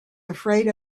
afraid